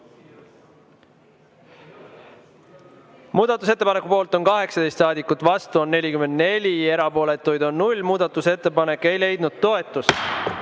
Muudatusettepaneku poolt on 18 saadikut, vastu on 44, erapooletuid on 0. Muudatusettepanek ei leidnud toetust. Nüüd,